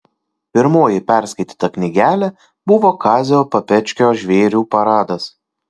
pirmoji perskaityta knygelė buvo kazio papečkio žvėrių paradas